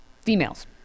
females